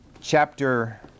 Chapter